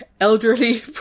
elderly